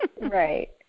Right